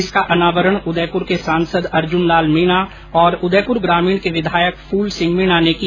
इसका अनावरण उदयपुर के सांसद अर्जुन्न लाल मीणा और उदयपुर ग्रामीण के विधायक फूलसिंह मीणा ने किया